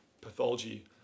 pathology